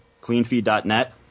cleanfeed.net